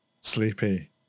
Sleepy